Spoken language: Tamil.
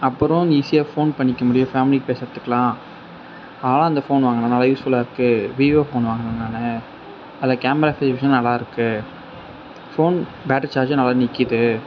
அப்புறோம் ஈஸியாக ஃபோன் பண்ணிக்கமுடியும் ஃபேமிலி பேசுறதுக்கெலாம் அதனால அந்த ஃபோன் வாங்கின நல்ல யூஸ் ஃபுல்லாக இருக்குது வீவோ ஃபோன் வாங்கினேன் நான் அதில் கேமரா அப்ளிக்கேஷன் நல்லா இருக்குது ஃபோன் பேட்டரி சார்ஜும் நல்லா நிற்கிது